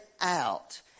out